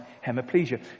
hemiplegia